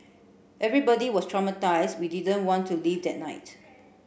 everybody was traumatised we didn't want to leave that night